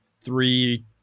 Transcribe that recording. three